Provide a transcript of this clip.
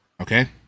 Okay